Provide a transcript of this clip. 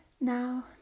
Now